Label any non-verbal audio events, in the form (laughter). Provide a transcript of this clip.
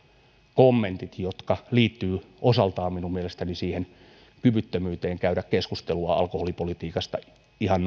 kommentit jotka liittyvät osaltaan minun mielestäni kyvyttömyyteen käydä keskustelua alkoholipolitiikasta ihan (unintelligible)